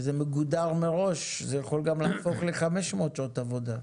כשזה מגודר מראש זה יכול גם להפוך ל-500 שעות עבודה.